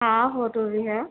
ہاں فوٹو بھی ہے